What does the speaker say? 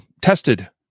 tested